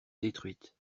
détruite